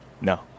No